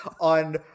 on